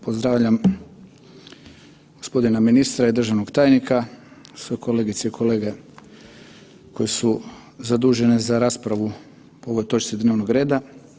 Pozdravljam gospodina ministra i državnog tajnika, sve kolegice i kolege koji su zadužene za raspravu po ovoj točci dnevnog reda.